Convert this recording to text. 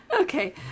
okay